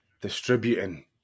distributing